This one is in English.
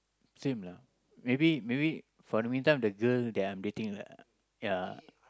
same lah maybe maybe for the mean time the girl that I am dating lah ya